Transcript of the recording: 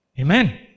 Amen